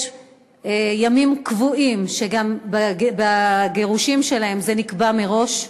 יש ימים קבועים, שגם בגירושים שלהם זה נקבע מראש,